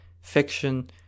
fiction